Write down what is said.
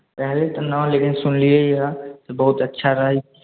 पाएरे तऽ नहि लेकिन सुनलिए हँ जे बहुत अच्छा रहै